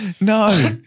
No